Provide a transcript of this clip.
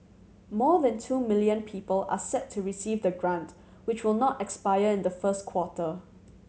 more than two million people are set to receive the grant which will not expire in the first quarter